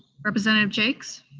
representative jaques?